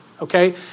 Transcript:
okay